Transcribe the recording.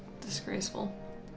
Disgraceful